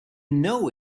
know